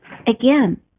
again